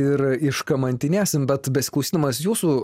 ir iškamantinėsim bet besiskųsdamas jūsų